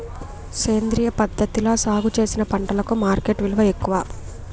సేంద్రియ పద్ధతిలా సాగు చేసిన పంటలకు మార్కెట్ విలువ ఎక్కువ